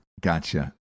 Gotcha